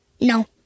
No